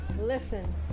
Listen